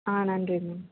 ஆ நன்றி மேம்